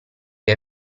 che